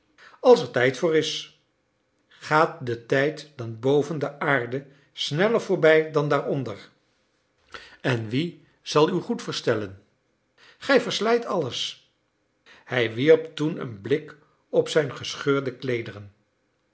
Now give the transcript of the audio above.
als er tijd voor is gaat de tijd dan boven de aarde sneller voorbij dan daaronder en wie zal uw goed verstellen gij verslijt alles hij wierp toen een blik op zijn gescheurde